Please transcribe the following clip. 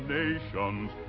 nations